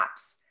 apps